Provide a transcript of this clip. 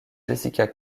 jessica